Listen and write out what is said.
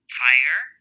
fire